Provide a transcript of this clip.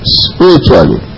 spiritually